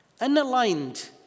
unaligned